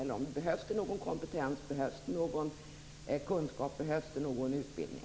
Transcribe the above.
Eller behövs det någon kompetens, någon kunskap, någon utbildning?